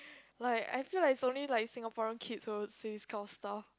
like I feel like it's only like Singaporean kids will say this kind of stuff